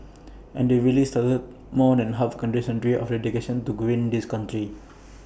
and really started more than half A century of dedication to greening this country